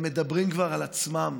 הם מדברים כבר על עצמם.